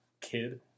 kid